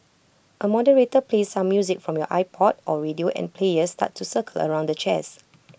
A moderator plays some music from your iPod or radio and players start to circle around the chairs